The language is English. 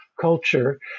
culture